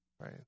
Right